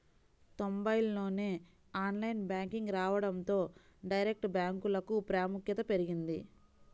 తొంబైల్లోనే online banking రావడంతో direct బ్యాంకులకు ప్రాముఖ్యత పెరిగింది